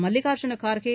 Mallikarjuna Kharge